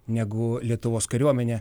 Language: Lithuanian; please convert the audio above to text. negu lietuvos kariuomenę